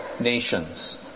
nations